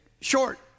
short